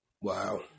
wow